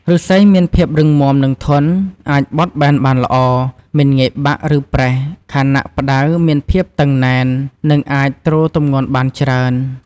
ឫស្សីមានភាពរឹងមាំ និងធន់ អាចបត់បែនបានល្អ មិនងាយបាក់ ឬប្រេះ ខណៈផ្តៅមានភាពតឹងណែន និងអាចទ្រទម្ងន់បានច្រើន។